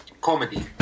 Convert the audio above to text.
comedy